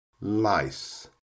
Lice